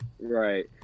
Right